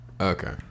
okay